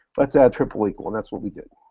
let's add triple equal, and that's what we did.